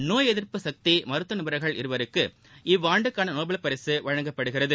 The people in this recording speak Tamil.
நோய் எதிர்ப்பு சக்தி மருத்துவ நிபுணர்கள் இருவருக்கு இவ்வாண்டுக்கான நோபல் பரிசு வழங்கப்படுகிறது